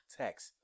text